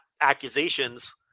accusations